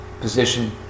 position